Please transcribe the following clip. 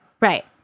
Right